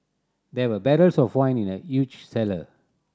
there were barrels of wine in the huge cellar